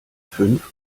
fünf